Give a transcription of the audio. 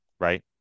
right